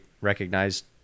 recognized